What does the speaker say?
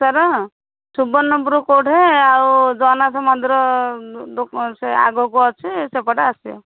ତାର ସୁବର୍ଣ୍ଣପୁର କେଉଁଠି ଆଉ ଜଗନ୍ନାଥ ମନ୍ଦିର ସେ ଆଗକୁ ଅଛି ସେପଟେ ଆସିବ